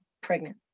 pregnant